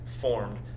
formed